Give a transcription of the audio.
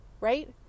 right